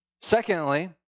Secondly